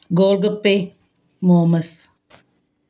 ਗੋਲਗੱਪੇ momos